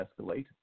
escalate